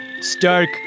Stark